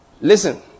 listen